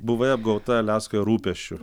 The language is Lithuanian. buvai apgauta aliaskoje rūpesčiu